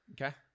Okay